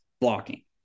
blocking